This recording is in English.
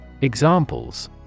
Examples